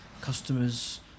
customers